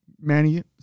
Manny